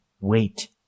wait